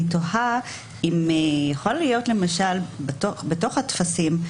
אני תוהה אם יכול להיות למשל בתוך הטפסים,